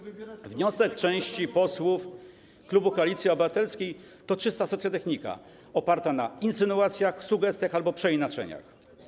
Wniosek części posłów klubu Koalicji Obywatelskiej to czysta socjotechnika oparta na insynuacjach, sugestiach albo przeinaczeniach.